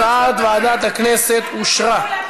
הצעת ועדת הכנסת אושרה.